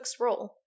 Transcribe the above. role